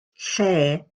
lle